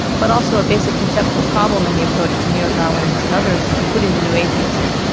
but also a basic conceptual problem in the approach of neo-darwinists and others, including the new atheists,